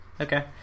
Okay